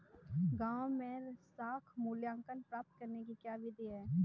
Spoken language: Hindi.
गाँवों में साख मूल्यांकन प्राप्त करने की क्या विधि है?